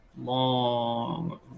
Long